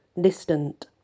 distant